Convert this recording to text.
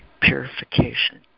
purification